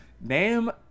Name